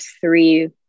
three